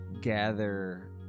gather